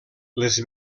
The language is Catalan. les